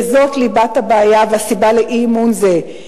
וזאת ליבת הבעיה והסיבה לאי-אמון זה,